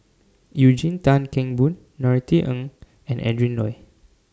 Eugene Tan Kheng Boon Norothy Ng and Adrin Loi